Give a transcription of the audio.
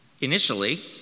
Initially